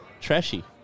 Trashy